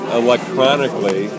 electronically